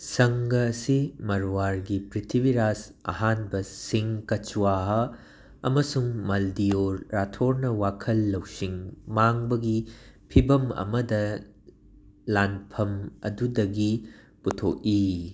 ꯁꯪꯒ ꯑꯁꯤ ꯃꯔꯋꯥꯔꯒꯤ ꯄ꯭ꯔꯤꯊꯤꯕꯤꯔꯥꯖ ꯑꯍꯥꯟꯕ ꯁꯤꯡ ꯀꯆ꯭ꯋꯥꯍ ꯑꯃꯁꯨꯡ ꯃꯥꯜꯗꯤꯌꯣ ꯔꯥꯊꯣꯔꯅ ꯋꯥꯈꯜ ꯂꯧꯁꯤꯡ ꯃꯥꯡꯕꯒꯤ ꯐꯤꯕꯝ ꯑꯃꯗ ꯂꯥꯟꯐꯝ ꯑꯗꯨꯗꯒꯤ ꯄꯨꯊꯣꯛꯏ